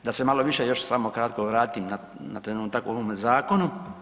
Da se malo više još samo kratko vratim na trenutak ovome zakonu.